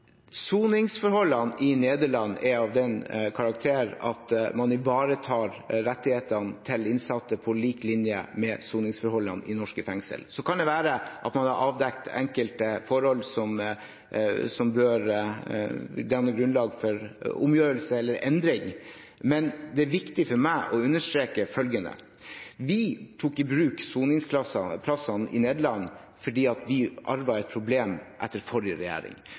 Soningsforholdene i Nederland er av den karakter at man ivaretar rettighetene til innsatte, på lik linje med soningsforholdene i norske fengsler. Så kan det være at man har avdekket enkelte forhold som bør danne grunnlag for omgjørelse eller endring. Men det er viktig for meg å understreke følgende: Vi tok i bruk soningsplassene i Nederland fordi vi arvet et problem etter forrige regjering.